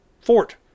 fort